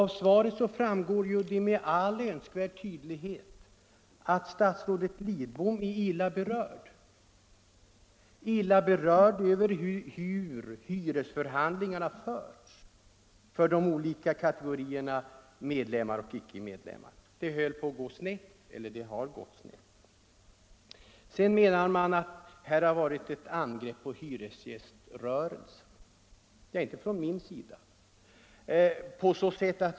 Av svaret framgår ju med all önskvärd tydlighet att även statsrådet Lidom är illa berörd — illa berörd av hur hyresförhandlingarna förts för de olika kategorierna hyresgäster, medlemmar och icke-medlemmar i Hyresgästorganisationen. Sedan menar man att här har varit ett angrepp på hyresgäströrelsen. Ja, inte från min sida.